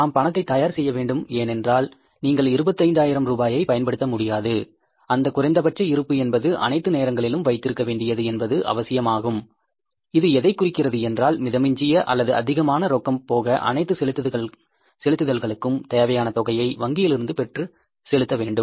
நாம் பணத்தை தயார் செய்ய வேண்டும் ஏனென்றால் நீங்கள் இருபத்தைந்தாயிரம் ரூபாயை பயன்படுத்த முடியாது அந்த குறைந்தபட்ச இருப்பு என்பது அனைத்து நேரங்களிலும் வைத்திருக்க வேண்டியது என்பது அவசியமாகும் இது எதைக் குறிக்கிறது என்றால் மிதமிஞ்சிய அல்லது அதிகமான ரொக்கம் போக அனைத்து செலுத்துதல்களுக்கும் தேவையான தொகையை வங்கியில் இருந்து பெற்று செலுத்த வேண்டும்